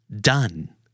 done